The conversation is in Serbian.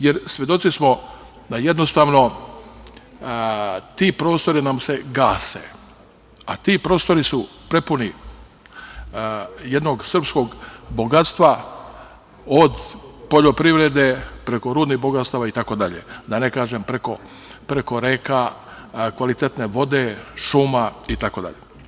Jer, svedoci smo da jednostavno ti prostori nam se gase, a ti prostori su prepuni jednog srpskog bogatstva od poljoprivrede, preko rudnih bogatstava itd, da ne kažem preko reka, kvalitetne vode, šuma itd.